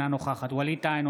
אינה נוכחת ווליד טאהא,